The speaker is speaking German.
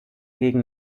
gegen